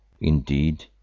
Indeed